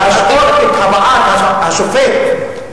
"להשהות את הבאת" השופט,